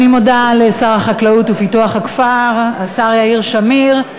אני מודה לשר החקלאות ופיתוח הכפר, השר יאיר שמיר.